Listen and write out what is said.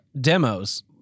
demos